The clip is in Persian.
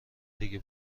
دیگه